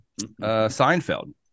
Seinfeld